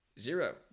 zero